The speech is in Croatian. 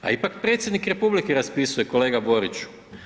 Pa ipak predsjednik republike raspisuje, kolega Boriću.